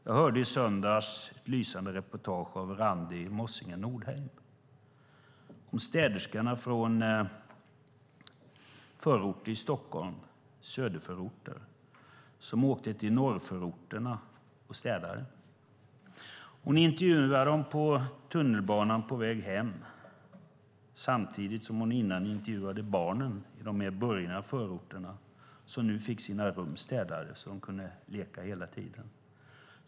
Jag hörde i söndags ett lysande reportage av Randi Mossige-Norheim om städerskorna i en av Stockholms söderförorter som åkte till norrförorterna och städade. Hon intervjuade dem på tunnelbanan på väg hem. Samtidigt hade hon innan intervjuat barnen i de mer burgna förorterna som nu fick sina rum städade så att de kunde leka hela tiden.